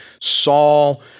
Saul